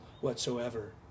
whatsoever